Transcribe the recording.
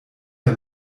der